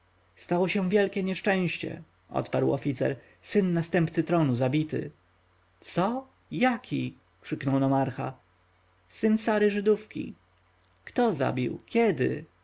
stało się wielkie nieszczęście odparł oficer syn następcy tronu zabity co jaki krzyknął nomarcha syn sary żydówki kto zabił kiedy